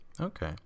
Okay